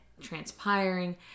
transpiring